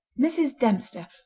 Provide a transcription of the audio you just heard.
mrs. dempster,